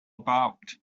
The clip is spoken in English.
about